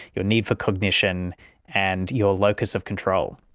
your need for cognition and your locus of control?